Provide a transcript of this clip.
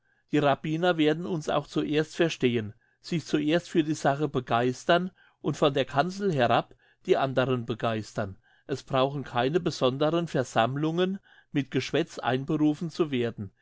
die rabbiner werden uns auch zuerst verstehen sich zuerst für die sache begeistern und von der kanzel herab die andern begeistern es brauchen keine besonderen versammlungen mit geschwätz einberufen zu werden